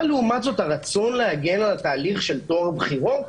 לעומת זאת, הרצון להגן על התהליך של טוהר הבחירות,